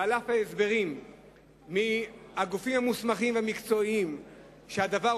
ועל אף ההסברים מהגופים המוסמכים והמקצועיים שלא כן הדבר,